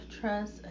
trust